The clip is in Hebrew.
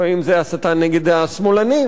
לפעמים זה הסתה נגד השמאלנים.